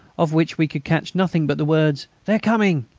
of which we could catch nothing but the words they're coming.